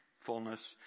fullness